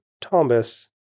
Thomas